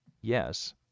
Yes